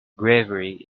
bravery